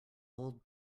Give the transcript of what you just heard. old